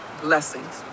Blessings